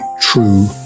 true